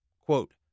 Quote